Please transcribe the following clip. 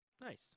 Nice